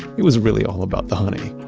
it was really all about the honey.